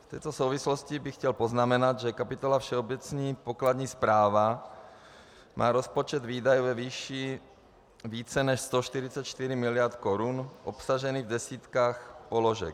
V této souvislosti bych chtěl poznamenat, že kapitola Všeobecná pokladní správa má rozpočet výdajů ve výši více než 144 mld. korun obsažený v desítkách položek.